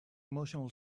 emotional